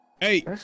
Hey